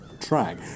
track